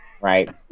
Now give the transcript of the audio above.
Right